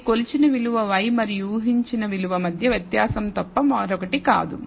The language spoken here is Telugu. ఇది కొలిచిన విలువ y మరియు ఊహించిన విలువ మధ్య వ్యత్యాసం తప్ప మరొకటి కాదు